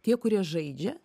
tie kurie žaidžia